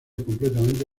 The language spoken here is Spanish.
completamente